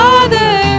Father